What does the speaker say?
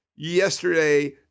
Yesterday